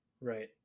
right